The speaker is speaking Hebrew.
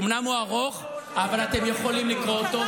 אומנם הוא ארוך, אבל אתם יכולים לקרוא אותו.